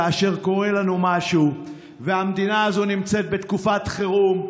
כאשר קורה לנו משהו והמדינה הזאת נמצאת בתקופת חירום,